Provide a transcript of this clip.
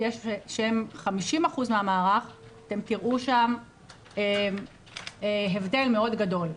שהם 50% מהמערך, תראו שם הבדל מאוד גדול.